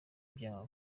bya